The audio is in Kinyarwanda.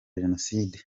jenoside